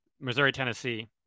Missouri-Tennessee